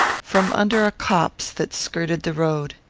from under a copse that skirted the road.